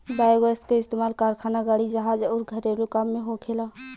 biogas के इस्तमाल कारखाना, गाड़ी, जहाज अउर घरेलु काम में होखेला